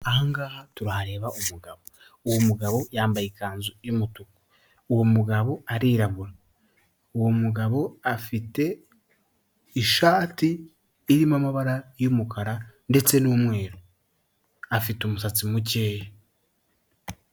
Aha ngaha turahareba umugabo, uwo mugabo yambaye ikanzu y'umutuku. Uwo mugabo arirabura. Uwo mugabo afite ishati irimo amabara y'umukara ndetse n'umweru, afite umusatsi mukeya.